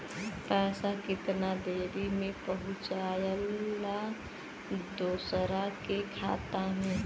पैसा कितना देरी मे पहुंचयला दोसरा के खाता मे?